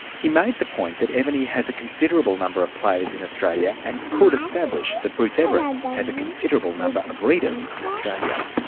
he made the point that evony has a considerable number of players in australia and could establish that bruce everiss has a considerable number of readers in australia.